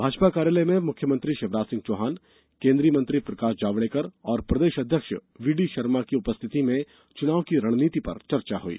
भाजपा कार्यालय में मुख्यमंत्री शिवराज सिंह चौहान केन्द्रीय मंत्री प्रकाश जावड़ेकर और प्रदेश अध्यक्ष बीडी शर्मा की उपस्थिति में चुनाव की रणनीति पर चर्चा हुई